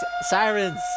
sirens